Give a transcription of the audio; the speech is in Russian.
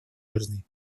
важны